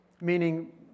meaning